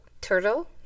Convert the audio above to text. Turtle